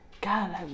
God